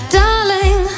darling